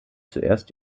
zuerst